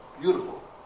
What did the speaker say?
beautiful